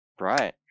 Right